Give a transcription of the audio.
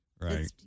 Right